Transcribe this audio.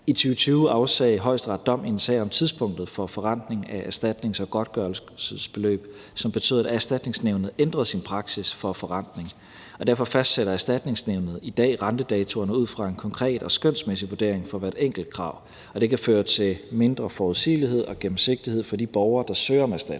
I 2020 afsagde Højesteret dom i en sag om tidspunktet for forrentning af erstatnings- og godtgørelsesbeløb, som betød, at Erstatningsnævnet ændrede sin praksis for forrentning. Derfor fastsætter Erstatningsnævnet i dag rentedatoerne ud fra en konkret og skønsmæssig vurdering for hvert enkelt krav. Det kan føre til mindre forudsigelighed og gennemsigtighed for de borgere, der søger om erstatning.